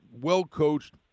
well-coached